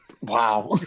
Wow